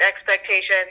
expectations